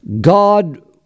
God